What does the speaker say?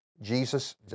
Jesus